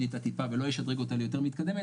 איתה טיפה ולא אשדרג אותה ליותר מתקדמת,